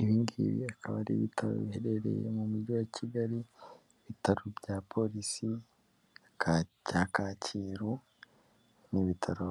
Ibi ngibi akaba ari ibitaro biherereye mu mujyi wa Kigali ibitaro bya polisi bya Kacyiru, ni ibitaro